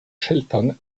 shelton